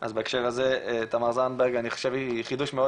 אז בהקשר הזה תמר זנדברג אני חושב היא חידוש מאוד